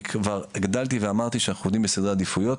אני כבר הגדלתי ואמרתי שאנחנו עובדים בסדרי עדיפויות